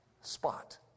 spot